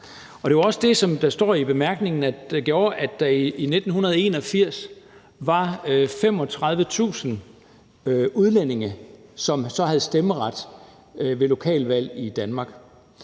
Det var også det – som der står i bemærkningerne – der gjorde, at der i 1981 var 35.000 udlændinge, som havde stemmeret ved lokalvalg i Danmark.